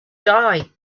die